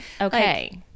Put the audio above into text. okay